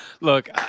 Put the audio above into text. look